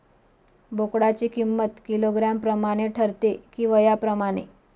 बोकडाची किंमत किलोग्रॅम प्रमाणे ठरते कि वयाप्रमाणे?